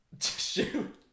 Shoot